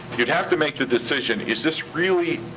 you'd have to make the decision, is this really.